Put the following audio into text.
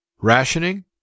rationing